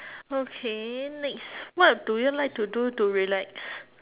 okay next what do you like to do to relax